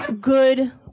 good